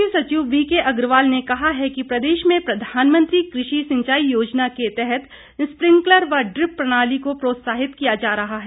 मुख्य सचिव बीके अग्रवाल ने कहा है कि प्रदेश प्रधानमंत्री कृषि सिंचाई योजना के तहत स्प्रिकलर व डिप्र प्रणाली को प्रोत्साहित किया जा रहा है